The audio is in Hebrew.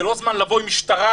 זה לא זמן לבוא עם משטרה,